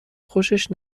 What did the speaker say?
خوشش